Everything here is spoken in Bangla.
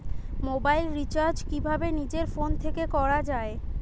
মোবাইল রিচার্জ কিভাবে নিজের ফোন থেকে করা য়ায়?